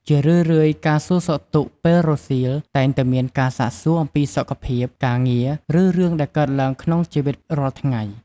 ជារឿយៗ ការសួរសុខទុក្ខពេលរសៀល តែងតែមានការសាកសួរអំពីសុខភាព ការងារ ឬរឿងដែលកើតក្នុងជីវិតរាល់ថ្ងៃ។